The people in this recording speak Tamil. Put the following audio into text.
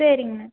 சரிங்கண்ணா